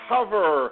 Cover